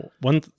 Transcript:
one